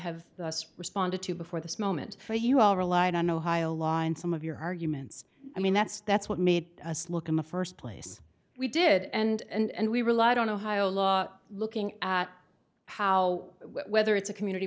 have responded to before this moment for you all relied on ohio law and some of your arguments i mean that's that's what made us look in the first place we did and we relied on ohio law looking at how whether it's a community